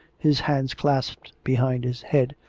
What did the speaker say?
his hands clasped behind his head,